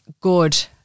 good